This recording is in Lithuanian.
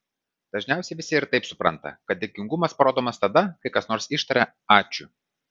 dažniausiai visi ir taip supranta kad dėkingumas parodomas tada kai kas nors ištaria ačiū